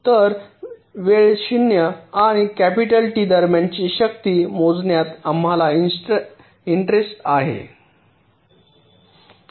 तर वेळ 0 आणि कॅपिटल टी दरम्यानची शक्ती मोजण्यात आम्हाला इंटरेस्ट आहे